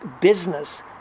business